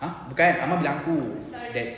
!huh! bukan amar bilang aku that